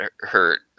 hurt